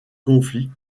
conflit